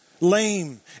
lame